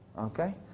Okay